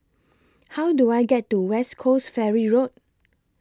How Do I get to West Coast Ferry Road